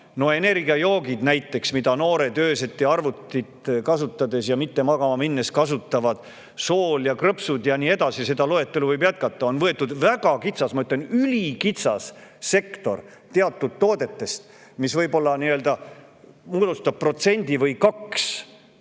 energiajoogid näiteks, mida noored öösiti arvutit kasutades ja mitte magama minnes kasutavad, soolased krõpsud ja nii edasi. Seda loetelu võib jätkata. On võetud väga kitsas, ma ütlen, ülikitsas sektor teatud toodetest, mis moodustab protsendi või kaks,